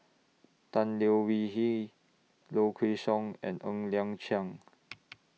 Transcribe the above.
Tan Leo Wee Hin Low Kway Song and Ng Liang Chiang